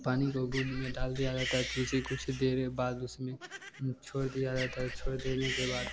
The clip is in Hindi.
पानी को बूँद में डाल दिया जाता है तुलसी कुछ देर बाद उसमें छोड़ दिया जाता है छोड़ देने के बाद